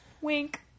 Wink